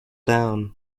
down